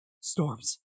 Storms